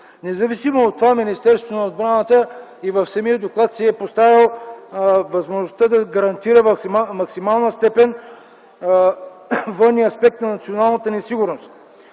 Независимо от това Министерството на отбраната и в самия доклад си е поставило възможността да гарантира в максимална степен военния аспект на националната ни сигурност.